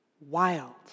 wild